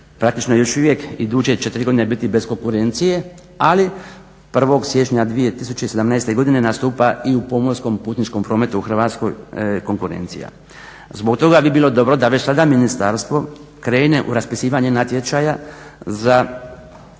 praktično još uvijek iduće 4 godine biti bez konkurencije ali 1.siječnja 2017.godine nastupa i u pomorskom putničkom prometu u Hrvatskoj konkurencija. Zbog toga bi bilo dobro da već sada ministarstvo krene u raspisivanje natječaja za